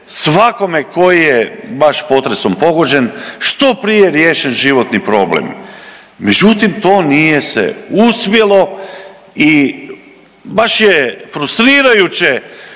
svakome koji je baš potresom pogođen što prije riješen životni problem. Međutim, to nije se uspjelo i baš je frustrirajuće